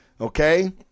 okay